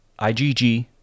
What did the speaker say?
IgG